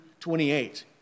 28